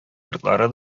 йортлары